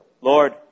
Lord